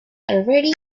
already